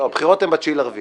הבחירות הן ב-9 באפריל.